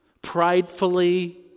pridefully